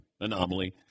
anomaly